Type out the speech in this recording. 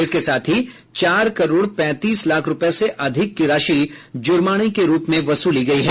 इसके साथ ही चार करोड़ पैंतीस लाख रुपये से अधिक की राशि जूर्माने के रूप में वसूली गई है